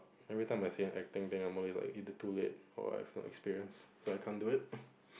every time I see them acting then I'm always like need to pull it or I have no experience so I can't do it